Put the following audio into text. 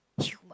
humour